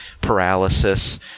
paralysis